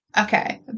Okay